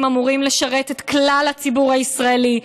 אמורים לשרת את כלל הציבור הישראלי,